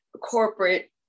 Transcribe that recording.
corporate